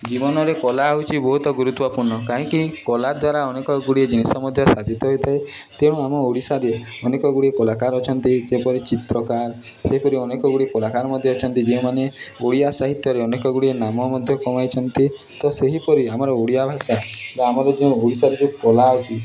ଜୀବନରେ କଳା ହେଉଛି ବହୁତ ଗୁରୁତ୍ୱପୂର୍ଣ୍ଣ କାହିଁକି କଳା ଦ୍ୱାରା ଅନେକ ଗୁଡ଼ିଏ ଜିନିଷ ମଧ୍ୟ ସାଧିତ ହୋଇଥାଏ ତେଣୁ ଆମ ଓଡ଼ିଶାରେ ଅନେକ ଗୁଡ଼ିଏ କଳାକାର ଅଛନ୍ତି ଯେପରି ଚିତ୍ରକାର ସେହିପରି ଅନେକ ଗୁଡ଼ିଏ କଳାକାର ମଧ୍ୟ ଅଛନ୍ତି ଯେଉଁମାନେ ଓଡ଼ିଆ ସାହିତ୍ୟରେ ଅନେକ ଗୁଡ଼ିଏ ନାମ ମଧ୍ୟ କମାଇଛନ୍ତି ତ ସେହିପରି ଆମର ଓଡ଼ିଆ ଭାଷା ବା ଆମର ଯେଉଁ ଓଡ଼ିଶାରେ ଯୋଉ କଳା ଅଛି